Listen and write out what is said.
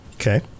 Okay